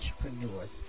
entrepreneurs